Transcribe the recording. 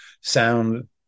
sound